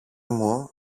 μου